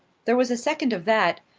there was a second of that,